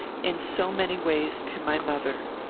in so many ways, to my mother.